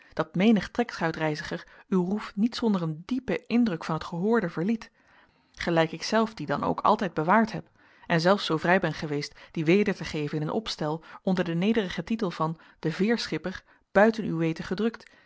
dat menig trekschuitreiziger uw roef niet zonder een diepen indruk van t gehoorde verliet gelijk ikzelf dien dan ook altijd bewaard heb en zelfs zoo vrij ben geweest dien weder te geven in een opstel onder den nederigen titel van de veerschipper buiten uw weten gedrukt